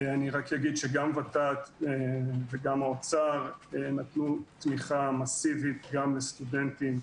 אני רק אגיד שגם ות"ת וגם האוצר נתנו תמיכה מסיבית גם לסטודנטים,